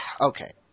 okay